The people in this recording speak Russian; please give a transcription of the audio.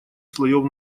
слоев